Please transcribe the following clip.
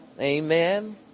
Amen